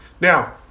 Now